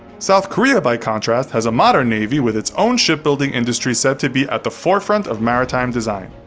south korea, by contrast, has a modern navy, with its own shipbuilding industry said to be at the forefront of maritime design.